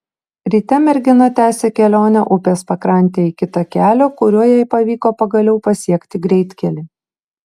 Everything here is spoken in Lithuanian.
ryte mergina tęsė kelionę upės pakrante iki takelio kuriuo jai pavyko pagaliau pasiekti greitkelį